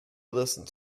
listened